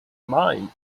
mine